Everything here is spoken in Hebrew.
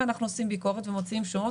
ואנחנו עושים ביקורת ומוציאים שומות